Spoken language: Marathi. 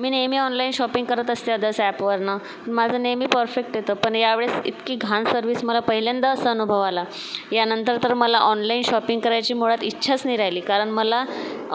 मी नेहमी ऑनलाइन शॉपिंग करत असते असं ॲपवरनं माझं नेहमी परफेक्ट येतं पण यावेळस इतकी घाण सर्विस मला पहिल्यांदा असा अनुभव आला यानंतर तर मला ऑनलाइन शॉपिंग करायची मुळात इच्छाच नाही राहिली कारण मला